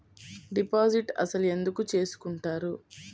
Deposit అసలు ఎందుకు చేసుకుంటారు?